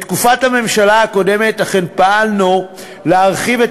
בתקופת הממשלה הקודמת אכן פעלנו להרחיב את